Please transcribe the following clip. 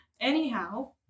Anyhow